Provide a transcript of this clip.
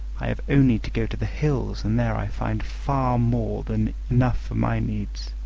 i have only to go to the hills and there i find far more than enough for my needs.